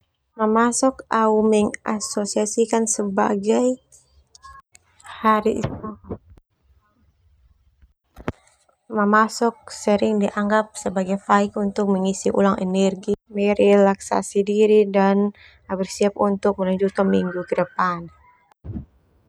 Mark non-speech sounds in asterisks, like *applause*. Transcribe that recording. Mamasok au mengasosiasikan sebagai hari. *noise* Mamasok sering dianggap faik untuk mengisi ulang energi, merelaksasi diri, dan bersiap untuk melanjutkan minggu ke depan.